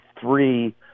three